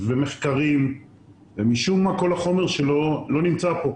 ומחקרים ומשום מה כל החומר שלו לא נמצא כאן.